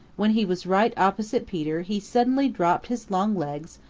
when he was right opposite peter he suddenly dropped his long legs,